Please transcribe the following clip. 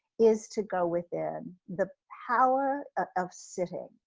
is to go within the power of sitting,